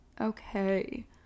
Okay